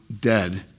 dead